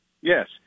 Yes